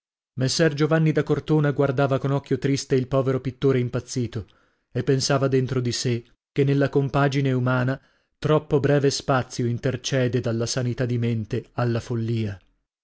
mani messer giovanni da cortona guardava con occhio triste il povero pittore impazzito e pensava dentro di sè che nella compagine umana troppo breve spazio intercede dalla sanità di mente alla follia